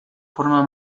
forma